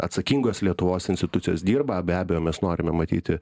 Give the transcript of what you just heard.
atsakingos lietuvos institucijos dirba be abejo mes norime matyti